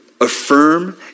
affirm